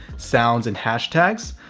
sounds, and hashtags.